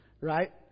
Right